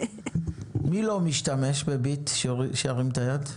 מי לא משתמש ב"ביט" שירים את היד?